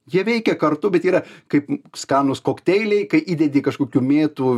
jie veikia kartu bet yra kaip skanūs kokteiliai kai įdedi kažkokių mėtų